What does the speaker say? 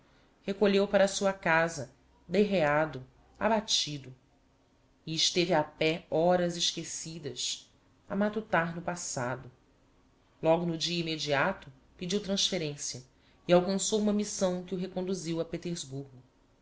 recolheu para sua casa derreado abatido e esteve a pé horas esquecidas a matutar no passado logo no dia immediato pediu transferencia e alcançou uma missão que o reconduziu a petersburgo